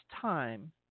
time